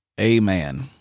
Amen